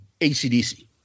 ACDC